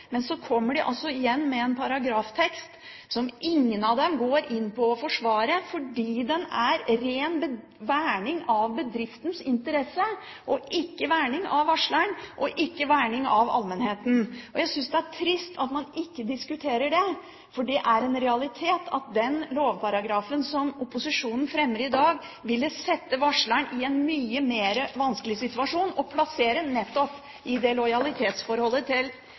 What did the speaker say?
Men så kommer de altså igjen med forslag til en paragraftekst, som ingen av dem går inn for å forsvare, fordi den gjelder ren verning av bedriftens interesse, og ikke verning av varsleren og av allmennheten. Jeg synes det er trist at man ikke diskuterer dette, for det er en realitet at den lovparagrafen som opposisjonen fremmer forslag om i dag, ville sette varsleren i en mye vanskeligere situasjon – plassere ham i et lojalitetsforhold til